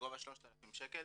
בגובה 3,000 שקל